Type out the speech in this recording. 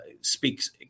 speaks